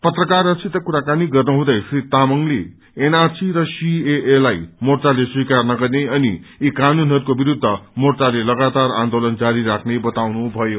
पत्रकारहरूसित कुराकानी गर्नु हुँदै श्री तामाङले एनआरसी र सीएए लाई मोर्चाले स्वीकार नगर्ने अनि यी क्रनुनहरूको विरूद्ध मोर्चाले लगातार आन्दोलन जारी राख्ने बताउनु भयो